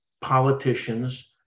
politicians